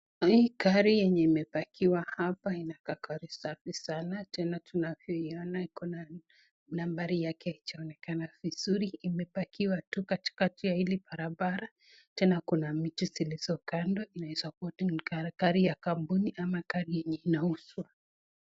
Hii gari yenye ime park iwa hapa inakaa gari safi sana tena tunavyoiona iko na namba yake haionekana vizuri. Imepakiwa tu katikati ya hili barabara. Tena kuna miti zilizokando. Inaweza kuwa ni gari ya kampuni ama gari yenye inahusu.